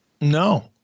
No